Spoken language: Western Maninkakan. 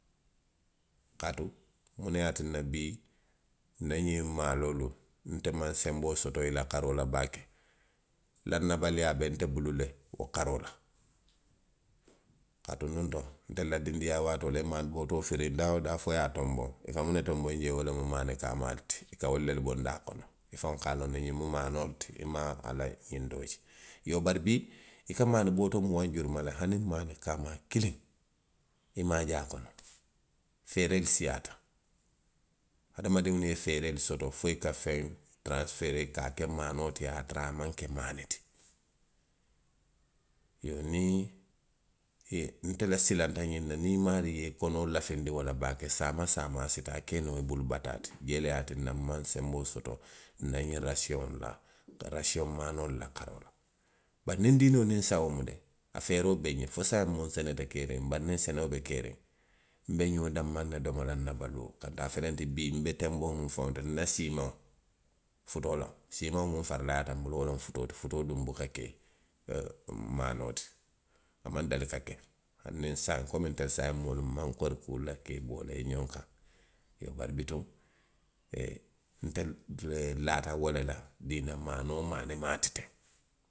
Haa, muŋ ne ye a tinna bii nna ňiŋ maaloolu to nte maŋ senboo soto i la karoo to baake. Lannabaliyaa be nte bulu de, wo karoo la haa. kaatu ntelu la dindiŋyaa waatoo, i ye maani bootoo firiŋ daa woo daa fo i ye a tonboŋ, i ka muŋ ne toboŋ jee, wo loŋ maani kaamaalu ti, i ka wolu le tonboŋ. I ka wolu lelu bondi a kono. Ifaŋo ka a loŋ ne ňiŋ mu maanoo le ti. Miŋ maŋ ke ali ňiŋ doolu ti. Iyoo bari bii. i ka maani bootoo muwaŋ juruma le. hani maani kaamaa kiliŋ, i maŋ a je a kono. Feereelu siiyaata. Hadamadiŋolu ye feereelu soto fo i ka feŋ feeree i ka a ke maanoo ti a ye a tara a maŋ ke maanoo ti. Iyoo ňiŋ mu, i, nte la silaŋo ňiŋ na ňiŋ maani kono lasiloo la baake, saama saama a si naa kee noo i bulu bataa ti, wo le yue a tinna nmaŋ senboo soto nna ňiŋ rasiyoŋolu la, rasiyoŋ maanoolu la karoo la. Bari niŋ diinoo niŋ nsawoo mu. a feereo be nňe, fo saayiŋ muŋ sene te keeriŋ, bari niŋ senoo be keeriŋ. nbe ňoo danmaŋ ne domo la nna baluo, kantuŋ a felenti bii be tenboo miŋ faŋo to. nna siimaŋo, futuu loŋ. siimaŋo miŋ faralayaata nbulu wo loŋ futuu ti, futooduŋ buka ke ee, komi maanoo ti wo maŋ dali ka ke. hani saayiŋ, ntelu saayiŋ moolu nmaŋ kori kuu la ka i boolee ňoŋ kaŋ. Iyoo bari bituŋ nte de nlaata wo le la bii nna maanoo maanimaa ti teŋ.